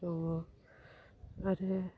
दङ आरो